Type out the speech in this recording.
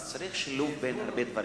אז צריך שילוב של הרבה דברים,